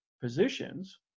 positions